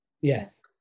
yes